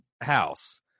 house